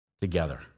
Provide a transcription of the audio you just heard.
together